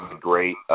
great